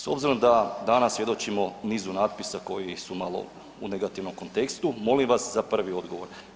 S obzirom da danas svjedočimo niz natpisa koji su malo u negativnom kontekstu, molim vas za prvi odgovor.